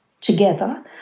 together